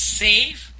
safe